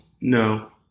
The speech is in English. No